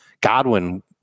Godwin